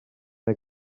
neu